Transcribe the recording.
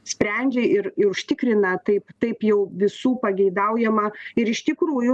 sprendžia ir ir užtikrina taip taip jau visų pageidaujamą ir iš tikrųjų